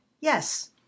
Yes